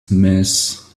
mess